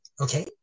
okay